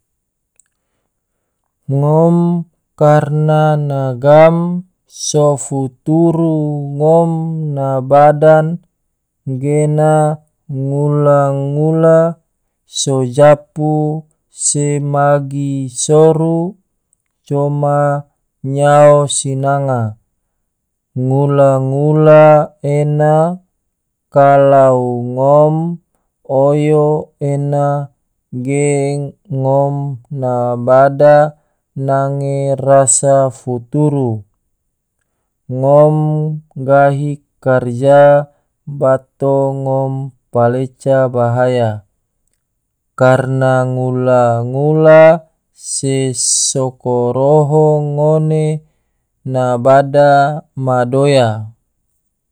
Ngom karena na ngam so futuru ngom na badan gena ngula-ngula so japu se magi soru, coma nyao sinanga, ngula-ngula ena kalau ngom oyo ena ge ngom na bada nange rasa futuru, ngom gahi karja bato ngom paleca bahaya. karna ngula-ngula se so koroho ngone na bada ma doya.